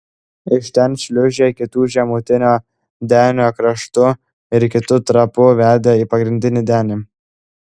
iš ten šliūžė kitu žemutinio denio kraštu ir kitu trapu vedė į pagrindinį denį